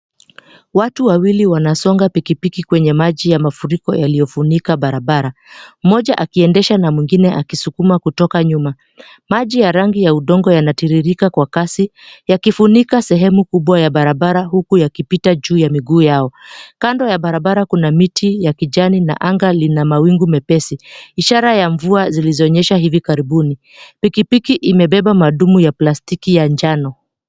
Watu wawili wanasonga pikipiki kwenye maji ya mafuriko yaliyofunika barabara. Mmoja akiendesha na mwingine akisukuma kutoka nyuma. Maji ya rangi ya udongo yanatiririka kwa kasi, yakifunika sehemu kubwa ya barabara huku yakipita juu ya miguu yao. Kando ya barabara kuna miti ya kijani na anga lina mawingu mepesi, ishara ya mvua zilizonyesha hivi karibuni. Pikipiki imebeba madumu ya plastiki ya njano.